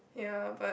ya but